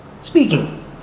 speaking